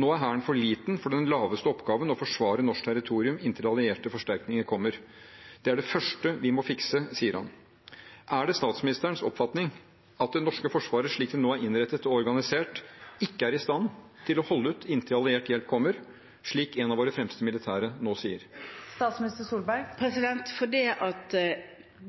Nå er Hæren for liten for den laveste oppgaven: Å forsvare norsk territorium inntil allierte forsterkninger kommer. Det er det første vi må fikse.» Er det statsministerens oppfatning at det norske forsvaret, slik det nå er innrettet og organisert, ikke er i stand til å holde ut inntil alliert hjelp kommer, slik en av våre fremste militære nå sier? Fordi